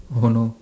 oh no